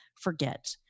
forget